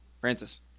Francis